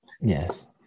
Yes